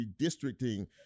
redistricting